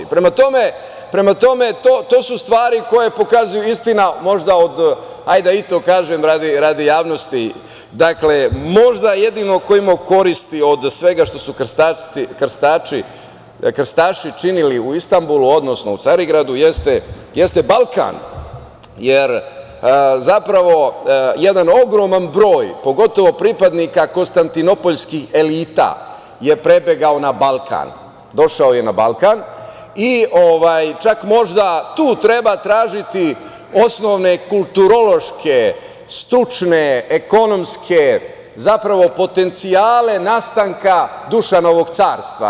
Prema tome, to su stvari koje pokazuju, istina, možda od, hajde da i to kažem radi javnosti, dakle, možda jedino ko je imao koristi od svega što su krstaši činili u Istanbulu, odnosno u Carigradu, jeste Balkan, jer zapravo jedan ogroman broj pogotovo pripadnika konstantinopoljskih elita je prebegao na Balkan i čak možda tu treba tražiti osnovne kulturološke, stručne, ekonomske, zapravo potencijale nastanaka Dušanovog carstva.